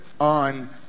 on